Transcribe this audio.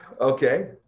okay